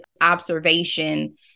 observation